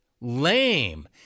lame